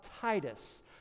Titus